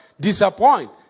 disappoint